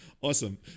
Awesome